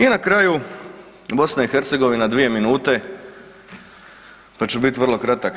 I na kraju BiH, dvije minute pa ću biti vrlo kratak.